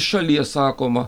šalies sakoma